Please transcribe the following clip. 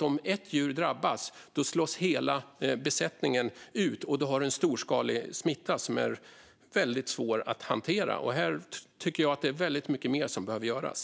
Om ett djur drabbas slås nämligen hela besättningen ut, och du har en storskalig smitta som är väldigt svår att hantera. Här tycker jag att väldigt mycket mer behöver göras.